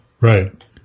Right